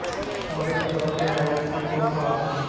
हमरे खतवा के आई.एफ.एस.सी कोड का बा?